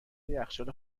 یخچال